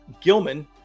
Gilman